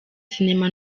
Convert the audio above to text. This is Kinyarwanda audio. sinema